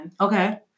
Okay